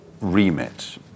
remit